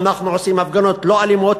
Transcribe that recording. אנחנו עושים הפגנות לא אלימות,